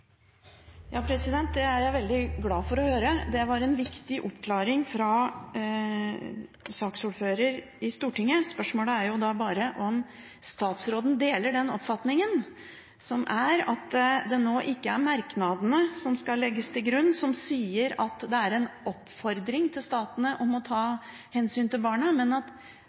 Det er jeg veldig glad for å høre. Det var en viktig oppklaring fra saksordføreren i Stortinget. Spørsmålet er da bare om statsråden deler den oppfatningen, som er at det nå ikke er merknadene som skal legges til grunn, der det sies at «statene oppfordres» om å ta hensyn til barnet, men at